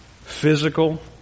physical